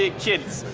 ah kids.